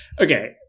okay